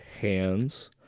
hands